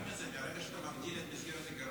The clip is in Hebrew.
אני אגיד לך יותר מזה: ברגע שאתה מגדיל את מסגרת הגירעון,